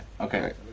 Okay